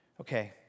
Okay